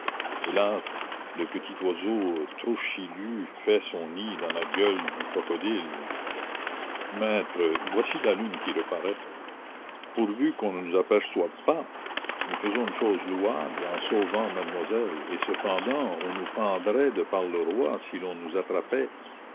hélas le petit oiseau trochilus fait son nid dans la gueule du crocodile maître voici la lune qui reparaît pourvu qu'on ne nous aperçoive pas nous faisons une chose louable en sauvant madamoiselle et cependant on nous pendrait de par le roi si l'on nous attrapait